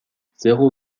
zéro